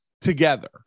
together